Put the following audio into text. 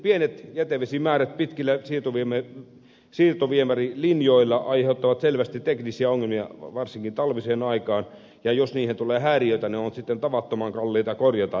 pienet jätevesimäärät pitkillä siirtoviemärilinjoilla aiheuttavat selvästi teknisiä ongelmia varsinkin talviseen aikaan ja jos niihin tulee häiriötä ne ovat sitten tavattoman kalliita korjata